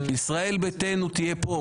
ישראל ביתנו תהיה פה.